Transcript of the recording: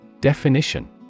Definition